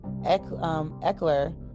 Eckler